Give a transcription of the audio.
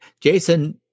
jason